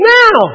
now